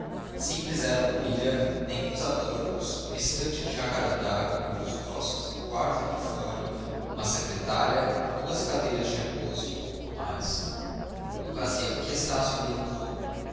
simples era a mobília nenhuns adornos uma estante de jacarandá com livros grossos in quarto e in fólio uma secretária duas cadeiras de repouso e pouco mais na ocasião em que estácio ali entrou